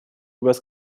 übers